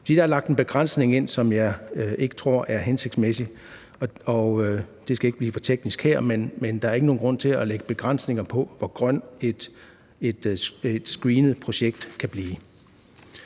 der er lagt en begrænsning ind, som jeg ikke tror er hensigtsmæssig. Det skal ikke blive for teknisk her, men der er ikke nogen grund til at lægge begrænsninger på, hvor grønt et screenet projekt kan blive.